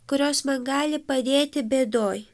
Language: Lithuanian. kurios man gali padėti bėdoj